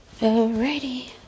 Alrighty